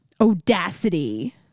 audacity